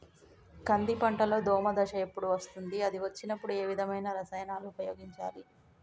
కంది పంటలో దోమ దశ ఎప్పుడు వస్తుంది అది వచ్చినప్పుడు ఏ విధమైన రసాయనాలు ఉపయోగించాలి?